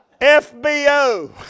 FBO